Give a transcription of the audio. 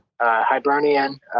Hibernian